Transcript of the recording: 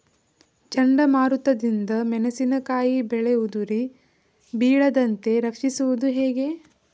ಚಂಡಮಾರುತ ದಿಂದ ಮೆಣಸಿನಕಾಯಿ ಬೆಳೆ ಉದುರಿ ಬೀಳದಂತೆ ರಕ್ಷಿಸುವುದು ಹೇಗೆ?